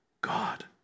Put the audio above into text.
God